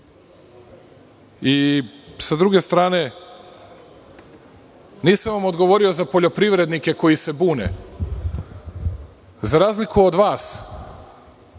i sa druge strane, nisam vam odgovorio za poljoprivrednike koji se bune. Za razliku od vas